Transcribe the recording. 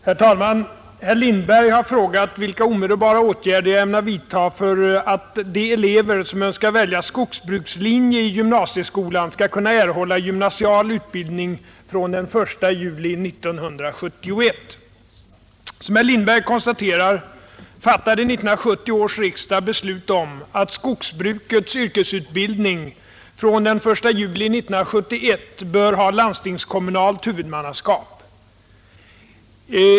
Herr talman! Herr Lindberg har frågat mig, vilka omedelbara åtgärder jag ämnar vidtaga för att de elever som önskar välja skogsbrukslinje i gymnasieskolan skall kunna erhålla gymnasial utbildning från den 1 juli 1971. Som herr Lindberg konstaterar fattade 1970 års riksdag beslut om att skogsbrukets yrkesutbildning från den 1 juli 1971 bör ha landstingskommunalt huvudmannaskap.